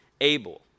Abel